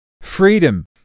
freedom